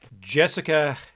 Jessica